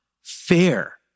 fair